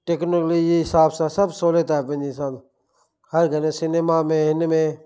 technology जे हिसाब सां सभु सहूलियत आहे पंहिंजे हिसाब हा अगरि सिनेमा में